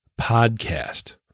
Podcast